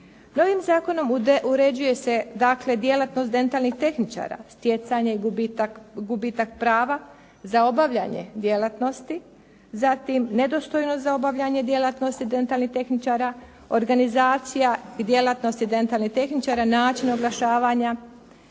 Novim zakonom uređuje se dakle djelatnost dentalnih tehničara, stjecanje i gubitak prava za obavljanje djelatnosti. Zatim, nedostojno za obavljanje djelatnosti dentalnih tehničara, organizacija i djelatnosti dentalnih tehničara, način oglašavanja,